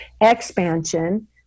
expansion